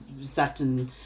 certain